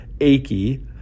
achy